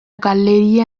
galleria